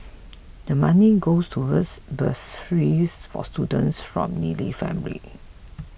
the money goes towards bursaries for students from needy families